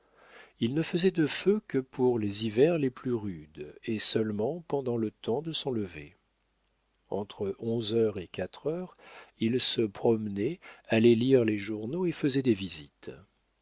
il ne faisait de feu que par les hivers les plus rudes et seulement pendant le temps de son lever entre onze heures et quatre heures il se promenait allait lire les journaux et faisait des visites